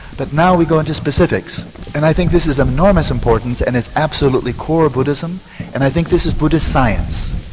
but now we go into specifics and i think this is of enormous importance and it's absolutely core buddhism and i think this is buddhist science.